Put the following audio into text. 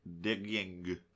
digging